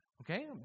Okay